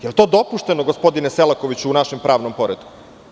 Jel to dopušteno, gospodine Selakoviću, u našem pravnom poretku?